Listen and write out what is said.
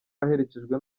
aherekejwe